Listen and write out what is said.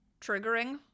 triggering